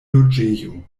loĝejo